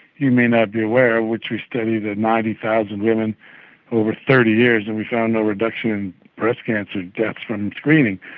you may not be aware, in which we studied ah ninety thousand women over thirty years, and we found no reduction in breast cancer deaths from screening.